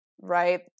right